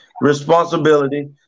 responsibility